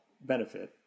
benefit